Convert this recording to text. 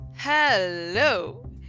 Hello